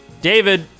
David